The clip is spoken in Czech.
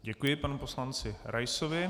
Děkuji panu poslanci Raisovi.